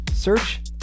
search